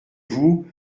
vous